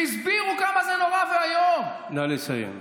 הסבירו כמה זה נורא ואיום, נא לסיים.